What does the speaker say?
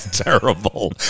terrible